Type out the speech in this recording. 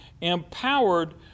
empowered